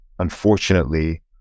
unfortunately